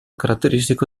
caratteristico